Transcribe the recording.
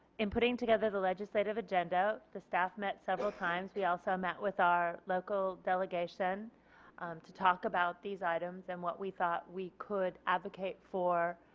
in putting together the legislative agenda the staff met several times they also met with our local delegation to talk about these items and what we thought we could advocate for